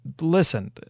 listen